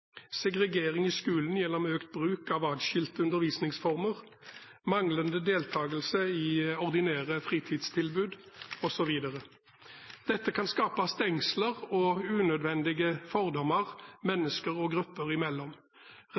segregering i skolen gjennom økt bruk av adskilte undervisningsformer, manglende deltagelse i ordinære fritidstilbud osv. Dette kan skape stengsler og unødvendige fordommer mennesker og grupper imellom.